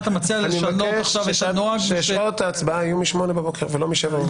אני מבקש ששעות ההצבעה יהיו משמונה בבוקר ולא משבע בבוקר.